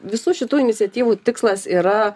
visų šitų iniciatyvų tikslas yra